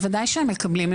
בוודאי שהם מקבלים.